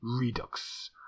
Redux